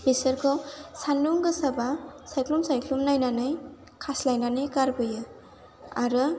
बिसोरखौ सान्दुं गोसाबा सायख्लुम सायख्लुम नायनानै खास्लायनानै गारबोयो आरो